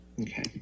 okay